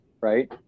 right